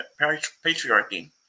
patriarchy